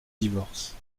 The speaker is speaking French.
divorce